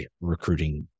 recruiting